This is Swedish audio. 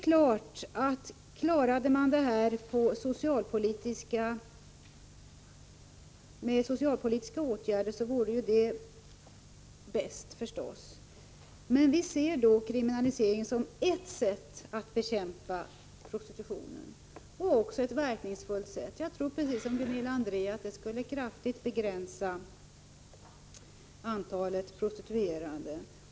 Klarade man det här med socialpolitiska åtgärder vore det förstås bäst, 27 november 1985 men vi ser en kriminalisering som eft sätt att bekämpa prostitutionen och dessutom ett verkningsfullt sätt. Jag tror, precis som Gunilla André, att det kraftigt skulle begränsa antalet prostituerade.